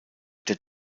der